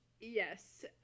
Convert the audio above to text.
Yes